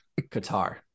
Qatar